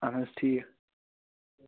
اَہَن حظ ٹھیٖک